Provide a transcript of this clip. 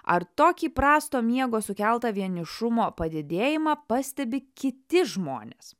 ar tokį prasto miego sukeltą vienišumo padidėjimą pastebi kiti žmonės